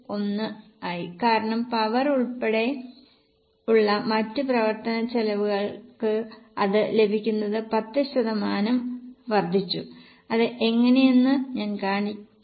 1 കാരണം പവർ ഉൾപ്പെടെയുള്ള മറ്റ് പ്രവർത്തനച്ചെലവുകൾ അത് ലഭിക്കുന്നത് 10 ശതമാനം വർദ്ധിച്ചു അത് എങ്ങനെയെന്ന് ഞാൻ കാണിക്കും